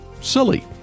silly